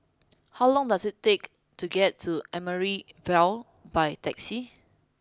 how long does it take to get to Amaryllis Ville by taxi